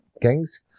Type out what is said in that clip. gangs